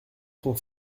sont